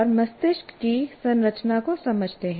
और मस्तिष्क की संरचना को समझते हैं